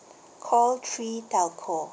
call three telco